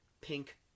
pink